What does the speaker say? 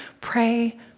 pray